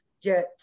get